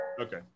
okay